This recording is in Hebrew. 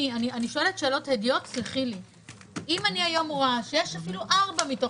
אני רואה שיש אפילו 4 מתוכן,